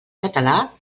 català